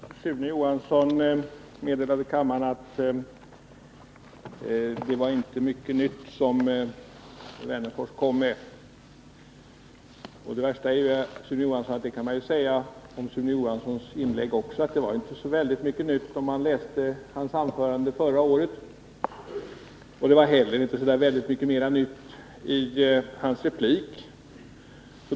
Herr talman! Sune Johansson meddelade kammaren att det inte var mycket nytt som jag hade att komma med. Och det värsta är, att man också om Sune Johanssons inlägg kan säga att det inte innehöll så väldigt mycket nytt i förhållande till hans anförande förra året. Det var heller inte så mycket nytt i Sune Johanssons replik.